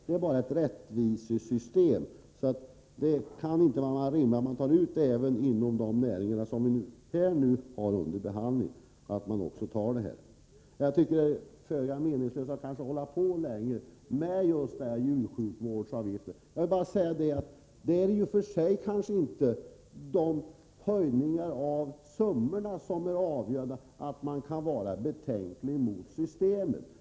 Det är bara ett rättvisesystem, och det kan inte vara annat än rimligt att man tar ut avgiften även inom de näringar som vi nu har under behandling. Jag tycker att det är föga meningsfullt att diskutera mer om djursjukvårdsavgiften. Jag vill bara säga att det i och för sig inte är höjningarna av summorna som är det avgörande då många har betänkligheter mot systemet.